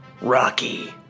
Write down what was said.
Rocky